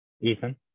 Ethan